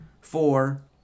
Four